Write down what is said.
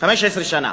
15 שנה,